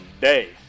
day